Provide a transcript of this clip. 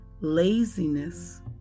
laziness